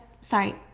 sorry